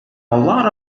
lot